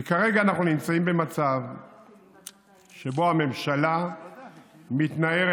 וכרגע אנחנו נמצאים במצב שבו הממשלה מתנערת,